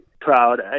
proud